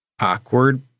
awkward